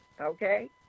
okay